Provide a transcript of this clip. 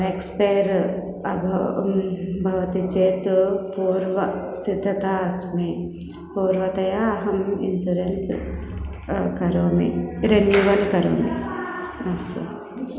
expire अभ भवति चेत् पूर्वसिद्धता अस्मि पूर्वतया अहम् इन्सुरेन्स् करोमि रिन्युवल् करोमि अस्तु